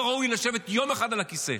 לא ראוי לשבת יום אחד על הכיסא.